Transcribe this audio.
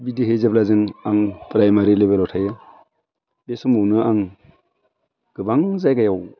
बिदिहाय जेब्ला जों आं प्राइमारि लेभेलाव थायो बे समावनो आं गोबां जायगायाव